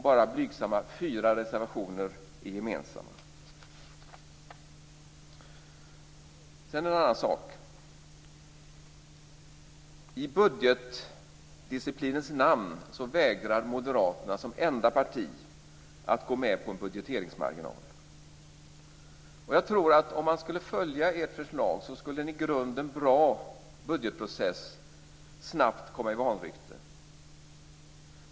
Bara blygsamma fyra reservationer är gemensamma. Jag går sedan över till en annan sak. I budgetdisciplinens namn vägrar Moderaterna, som enda parti, att gå med på en budgeteringsmarginal. Om man skulle följa ert förslag tror jag att en i grunden bra budgetprocess snabbt skulle komma i vanrykte.